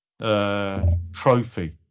trophy